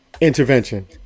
intervention